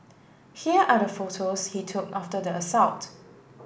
here are the photos he took after the assault